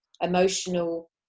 emotional